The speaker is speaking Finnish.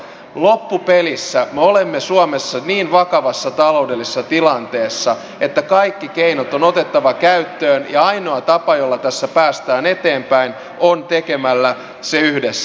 loppupelissä me olemme suomessa niin vakavassa taloudellisessa tilanteessa että kaikki keinot on otettava käyttöön ja ainoa tapa jolla tässä päästään eteenpäin on tehdä se yhdessä